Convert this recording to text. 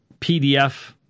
PDF